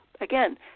Again